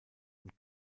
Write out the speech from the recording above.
und